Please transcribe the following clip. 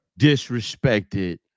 disrespected